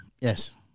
Yes